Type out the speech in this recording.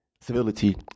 civility